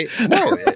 No